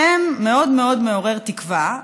שם מאוד מאוד מעורר תקווה,